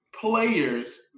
players